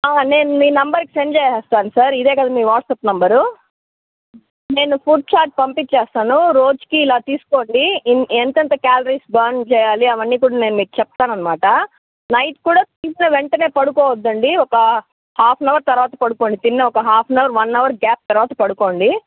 నేను మీ నంబర్కి సెండ్ చేసేస్తాను సార్ ఇదే కదా మీ వాట్స్అప్ నంబరు నేను ఫుడ్డు చార్ట్ పంపించేస్తాను రోజుకి ఇలా తీసుకోండి ఎంత ఎంత క్యాలరీస్ బర్న్ చేయాలి అవన్నీ కూడా నేను మీకు చెప్తాను అనమాట నైట్ కూడా తిన్న వెంటనే పడుకోవద్దండి ఒక హాఫ్ అన్ అవర్ తర్వాత పడుకోండి తిన్న ఒక half an hour one hour gap తర్వాత పడుకోండి